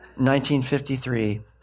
1953